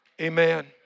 Amen